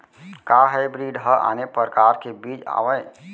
का हाइब्रिड हा आने परकार के बीज आवय?